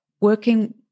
working